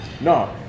No